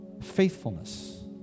faithfulness